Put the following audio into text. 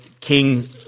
King